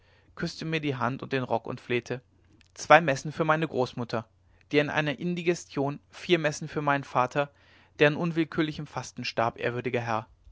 küßte mir die hand und den rock und flehte zwei messen für meine großmutter die an einer indigestion vier messen für meinen vater der an unwillkürlichem fasten starb ehrwürdiger herr